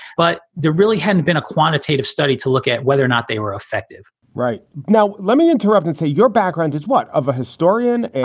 but there really hasn't been a quantitative study to look at whether or not they were effective right now let me interrupt and say your background is what of a historian,